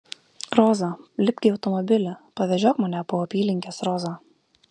roza lipk į automobilį pavežiok mane po apylinkes roza